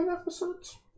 episodes